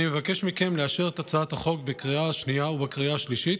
אני מבקש מכם לאשר את הצעת החוק בקריאה השנייה ובקריאה השלישית